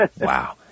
Wow